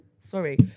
Sorry